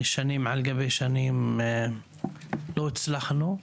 שנים על גבי שנים לא הצלחנו,